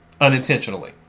unintentionally